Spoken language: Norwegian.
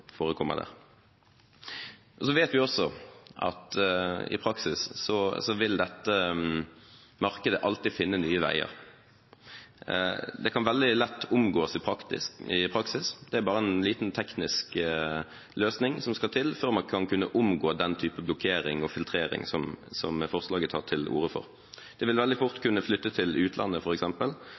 der. Vi vet også at i praksis vil dette markedet alltid finne nye veier. Det kan veldig lett omgås i praksis, det er bare en liten teknisk løsning som skal til før man vil kunne omgå den type blokkering og filtrering som forslaget tar til orde for. Det vil veldig fort kunne flytte til utlandet,